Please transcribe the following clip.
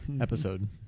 episode